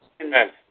Amen